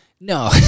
No